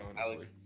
Alex